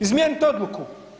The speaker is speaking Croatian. Izmijenite odluku.